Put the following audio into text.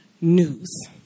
news